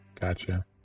Gotcha